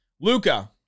Luca